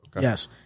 Yes